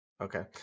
Okay